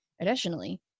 Additionally